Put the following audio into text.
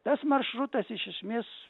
tas maršrutas iš esmės